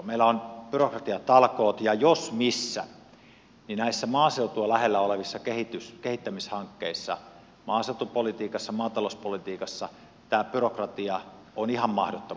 meillä on byrokratiatalkoot ja näissä maaseutua lähellä olevissa kehittämishankkeissa jos missä maaseutupolitiikassa maatalouspolitiikassa tämä byrokratia on ihan mahdottomalla tasolla